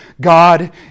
God